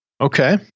Okay